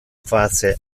face